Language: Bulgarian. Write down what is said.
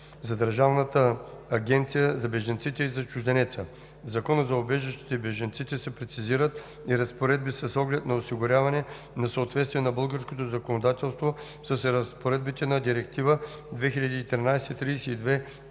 за Държавната агенция за бежанците и за чужденеца. В Закона за убежището и бежанците се прецизират и разпоредби с оглед на осигуряване на съответствие на българското законодателство с разпоредбите на Директива 2013/32/ЕС